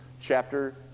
chapter